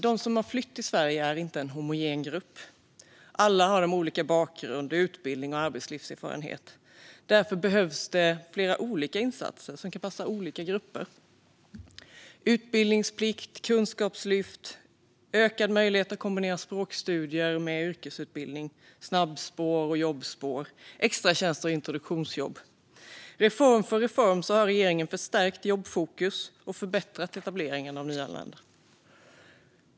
De som har flytt till Sverige är inte en homogen grupp. Alla har de olika bakgrund, utbildning och arbetslivserfarenhet. Därför behövs det flera olika insatser som kan passa olika grupper. Utbildningsplikt, kunskapslyft, ökad möjlighet att kombinera språkstudier med yrkesutbildning, snabbspår, jobbspår, extratjänster och introduktionsjobb - reform för reform har regeringen förstärkt jobbfokuset och förbättrat etableringen av nyanlända.